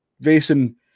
racing